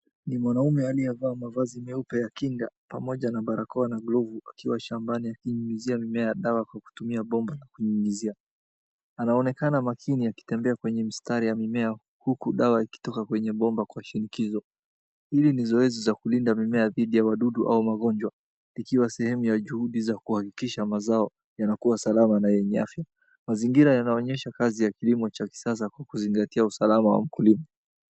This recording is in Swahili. Ni mwanaume aliyevaa vazi nyeupe ya kinga pamoja na barakoa na glovu akiwa shambani akinyunyizia mimea dawa kwa kutumia bomba la kunyunyizia. Anaonekanana makini akitembea kwenye mistari ya mimea uku dawa ikitokea kwenye bomba kwa shinikizo. Hili ni zoezi za kulinda mimea dhidi ya wadudu au magonjwa ikiwa sehemu ya juhudi ya kuhakikisha mazao yanakua salama na yenye afya. Mazingira yanaonyesha kazi ya kilimo ya kisasa kuzingatia usalama wa ukulima.